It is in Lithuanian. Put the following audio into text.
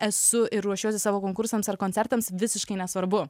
esu ir ruošiuosi savo konkursams ar koncertams visiškai nesvarbu